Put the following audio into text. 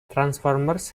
transformers